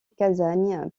cassagne